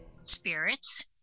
spirits